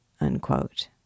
unquote